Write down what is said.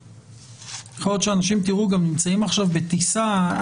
אנשים גם נמצאים עכשיו בטיסה,